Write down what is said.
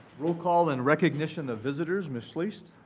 roll call and recognition of visitors. ms. schlicht.